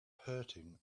hurting